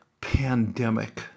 pandemic